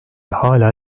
hala